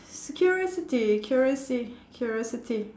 s~ curiosity curiosity curiosity